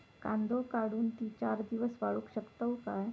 कांदो काढुन ती चार दिवस वाळऊ शकतव काय?